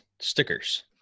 stickers